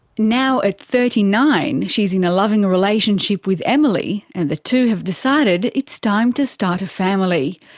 now at thirty nine, she's in a loving relationship with emilie, and the two have decided it's time to start a family.